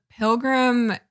Pilgrim